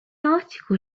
article